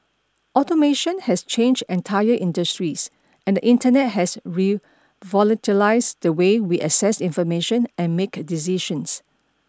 automation has changed entire industries and the Internet has revolutionised the way we access information and make decisions